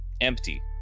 empty